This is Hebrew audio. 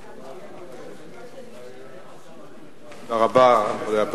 תודה רבה.